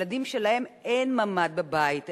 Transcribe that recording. ילדים שלהם אין ממ"ד בבית,